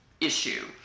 issue